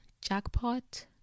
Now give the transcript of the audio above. jackpot